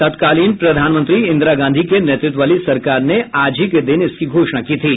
तत्कालीन प्रधानमंत्री इंदिरा गांधी के नेतृत्व वाली सरकार ने आज ही के दिन इसकी घोषणा की थी